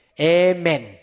Amen